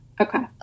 Okay